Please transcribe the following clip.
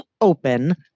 open